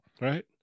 right